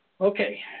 Okay